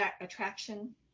attraction